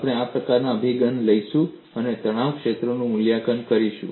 આપણે આ પ્રકારનો અભિગમ લઈશું અને તણાવ ક્ષેત્રનું મૂલ્યાંકન કરીશું